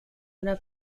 una